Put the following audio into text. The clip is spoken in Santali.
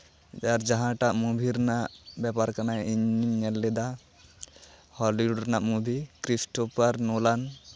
ᱟᱨ ᱡᱟᱦᱟᱸᱴᱟᱜ ᱢᱚᱵᱷᱤ ᱨᱮᱱᱟᱜ ᱵᱮᱯᱟᱨ ᱠᱟᱱᱟ ᱤᱧ ᱧᱮᱞ ᱞᱮᱫᱟ ᱦᱚᱞᱤᱭᱩᱰ ᱨᱮᱭᱟᱜ ᱢᱚᱵᱷᱤ ᱠᱷᱨᱤᱥᱴᱳᱯᱷᱟᱨ ᱱᱚᱞᱟᱱ